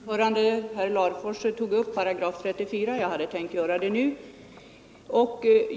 Herr talman! Herr Larfors tog upp 34 §— jag hade annars tänkt göra det nu.